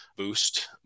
boost